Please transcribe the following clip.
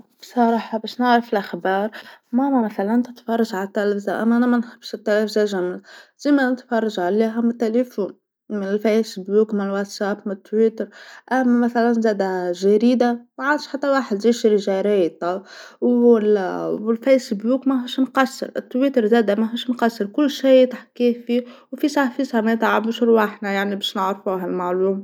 بصراحة باش نعرف الأخبار ماما مثلا تتفرج على التلفزة إنما أنا منحبش التلفيشن ديما نتفرج عليها م التليفون من الفيسبوك من الواتساب من التويتر اما مثلا زادا جريدة ما عادش حتى الواحد يشري جرايد تو والفيسبوك ماهاش مقصر التويتر زادا ماهوش مقصر كل شيء تحت كافي وفيسع فيسع ما يتعبوش أرواحنا يعني باش نعرفوا هالمعلوم.